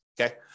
okay